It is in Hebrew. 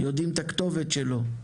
יודעים את הכתובת שלו.